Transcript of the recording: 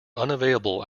unavailable